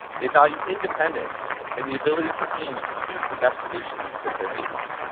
they value independence and the ability for teams to choose the best solutions to fit their needs.